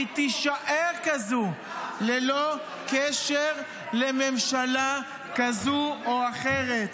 והיא תישאר כזאת ללא קשר לממשלה כזאת או אחרת.